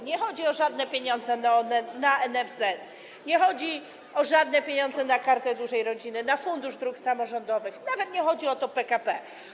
Nie chodzi o żadne pieniądze na NFZ, nie chodzi o żadne pieniądze na Kartę Dużej Rodziny, na Fundusz Dróg Samorządowych, nawet nie chodzi o PKP.